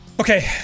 Okay